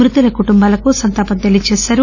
మృతుల కుటుంబాలకు సంతాపం తెలిపారు